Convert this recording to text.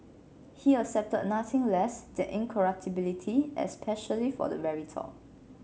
he accepted nothing less than incorruptibility especially for the very top